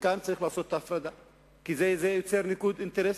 וכאן צריך לעשות את ההפרדה כי זה יוצר ניגוד אינטרסים.